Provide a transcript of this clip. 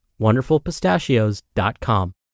wonderfulpistachios.com